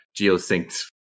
geosynced